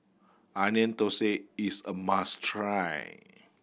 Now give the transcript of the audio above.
Onion Thosai is a must try